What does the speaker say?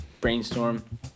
Brainstorm